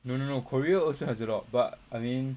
no no no korea also has a lot but I mean